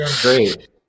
great